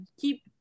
Keep